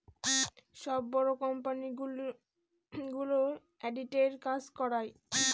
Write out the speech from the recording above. সব বড়ো কোম্পানিগুলো অডিটের কাজ করায়